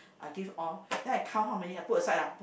I give all then I count how many I put aside lah